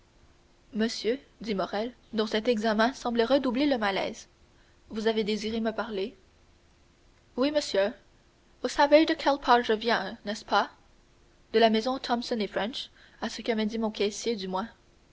monsieur dit morrel dont cet examen semblait redoubler le malaise vous avez désiré me parler oui monsieur vous savez de quelle part je viens n'est-ce pas de la part de la maison thomson et french à ce que m'a dit mon caissier du moins